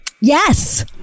Yes